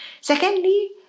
Secondly